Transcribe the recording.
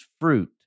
fruit